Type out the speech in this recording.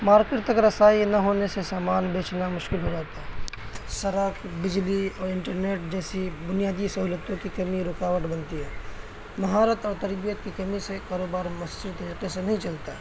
market تک رسائی نہ ہونے سے سامان بیچنا مشکل ہو جاتا ہے شراکت بجلی اور انٹرنیٹ جیسی بنیادی سہولتوں کی کمی رکاوٹ بنتی ہے مہارت اور تربیت کی کمی سے کاروبار صحیح طریقے سے نہیں چلتا ہے